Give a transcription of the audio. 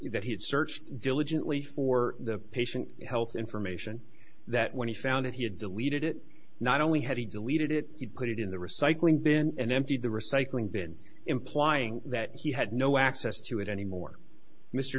that he had searched diligently for the patient health information that when he found that he had deleted it not only had he deleted it he put it in the recycling bin and emptied the recycling bin implying that he had no access to it anymore mr